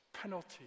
penalty